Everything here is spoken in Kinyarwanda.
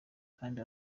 kandi